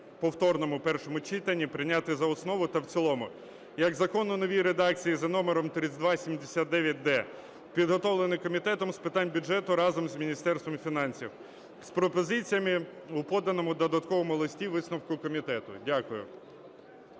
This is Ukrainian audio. повторному першому читанні прийняти за основу та в цілому як закон у новій редакції за номером 3279-д, підготовлений Комітетом з питань бюджету разом з Міністерством фінансів з пропозиціями у поданому додатковому листі висновку комітету. Дякую.